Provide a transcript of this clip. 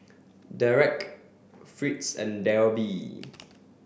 Dereck Fritz and Debbie